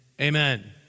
amen